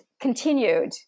continued